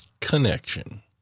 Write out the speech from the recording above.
Connection